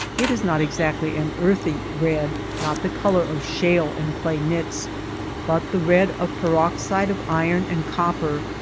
it is not exactly an earthy red, not the color of shale and clay mixed but the red of peroxide of iron and copper,